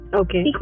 okay